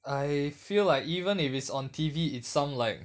I feel like even if it's on T_V is some like